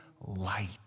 light